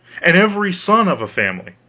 and every son of a family,